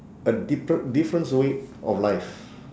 a different difference way of life